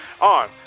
on